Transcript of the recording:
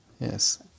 Yes